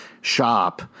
shop